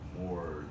more